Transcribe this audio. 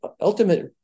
ultimate